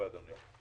הישיבה נעולה.